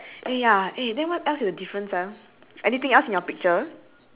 mm then then the one with the the yellow colour hay